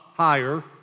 higher